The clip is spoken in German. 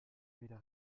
wieder